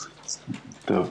טוב.